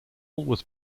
was